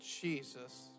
Jesus